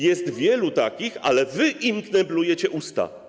Jest wielu takich, ale wy im kneblujecie usta.